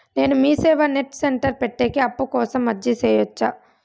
నేను MeeSeva net centre పెట్టేకి అప్పు కోసం అర్జీ సేయొచ్చా?